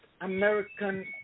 American